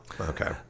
okay